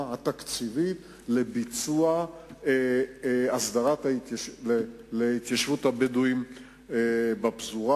התקציבית לביצוע הסדרת התיישבות הבדואים בפזורה.